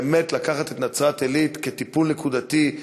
באמת לקחת את נצרת-עילית לטיפול נקודתי,